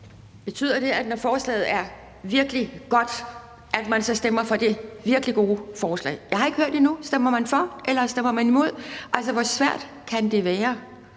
Betyder det, at man, når forslaget er »virkelig godt«, så stemmer for det »virkelig gode« forslag? Jeg har ikke hørt det endnu: Stemmer man for, eller stemmer man imod? Hvor svært kan det være